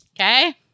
okay